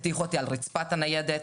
הטיחו אותי על רצפת הניידת.